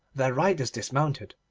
their riders dismounted,